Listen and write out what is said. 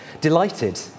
Delighted